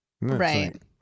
Right